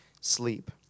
sleep